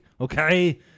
Okay